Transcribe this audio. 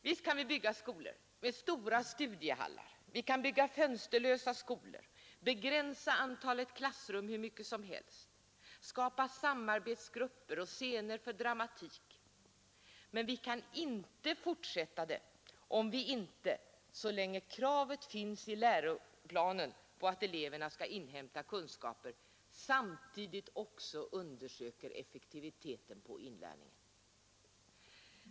Visst kan vi bygga skolor med stora studiehallar, vi kan bygga fönsterlösa skolor, begränsa antalet klassrum hur mycket som helst, skapa samarbetsgrupper och scener för dramatik, men vi kan inte fortsätta göra det, om vi inte — så länge kravet finns i läroplanen på att eleverna skall inhämta kunskaper — samtidigt också undersöker effektivi teten på inlärningen.